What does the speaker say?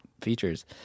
features